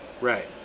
Right